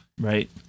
Right